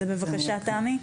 בבקשה, תמי.